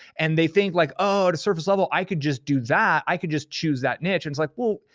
and they think like, oh, at a surface level, i could just do that. i could just choose that niche. it's like, well,